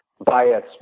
bias